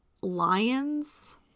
lions